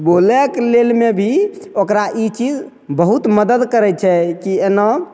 बोलैके लेलमे भी ओकरा ई चीज बहुत मदद करै छै कि एना